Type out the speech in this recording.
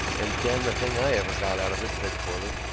and damn the thing i ever got out of it, said corley.